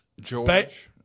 George